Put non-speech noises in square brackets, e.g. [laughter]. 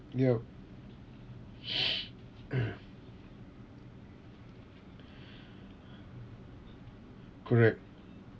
ya [breath] [coughs] correct